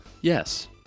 Yes